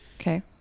Okay